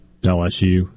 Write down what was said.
LSU